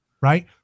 right